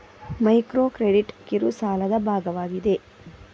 micro credit ಕಿರು ಸಾಲದ ಭಾಗವಾಗಿದೆ